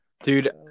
Dude